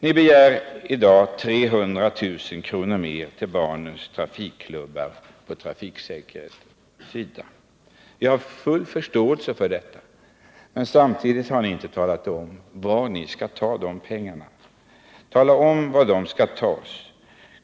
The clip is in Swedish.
Ni begär i dag 300 000 kr. mer till barnens trafikklubbar på trafiksäkerhetssidan. Vi har full förståelse för detta, men samtidigt har ni inte talat om var ni skall ta de pengarna. Tala om var de skall tas!